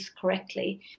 correctly